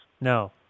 No